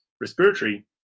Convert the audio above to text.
respiratory